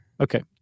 Okay